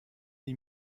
die